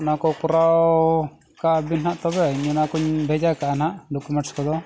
ᱚᱱᱟ ᱠᱚ ᱠᱚᱨᱟᱣ ᱠᱟᱜ ᱟᱵᱤᱱ ᱱᱟᱦᱟᱜ ᱛᱚᱵᱮ ᱤᱧ ᱚᱱᱟ ᱠᱚᱧ ᱵᱷᱮᱡᱟ ᱠᱟᱜᱼᱟ ᱱᱟᱦᱟᱜ ᱠᱚᱫᱚ